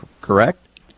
Correct